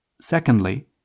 Secondly